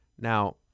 Now